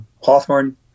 Hawthorne